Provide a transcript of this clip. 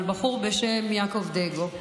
על בחור בשם יעקב דגו,